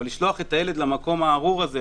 אבל לשלוח את הילד למקום הארור הזה,